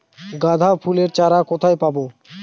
গাঁদা ফুলের চারা কোথায় পাবো?